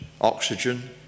oxygen